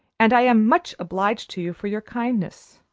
and i am much obliged to you for your kindness,